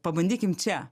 pabandykim čia